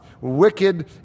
wicked